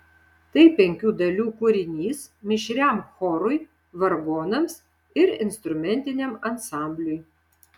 tai penkių dalių kūrinys mišriam chorui vargonams ir instrumentiniam ansambliui